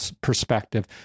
perspective